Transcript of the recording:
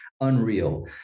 unreal